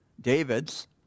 David's